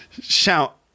shout